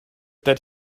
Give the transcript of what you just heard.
that